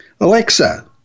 Alexa